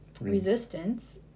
resistance